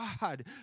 God